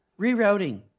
rerouting